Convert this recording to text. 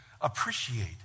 appreciate